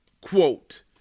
quote